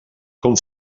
com